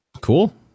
Cool